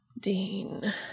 Dean